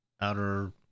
Outer